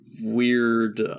weird